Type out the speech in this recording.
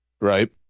right